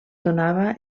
donava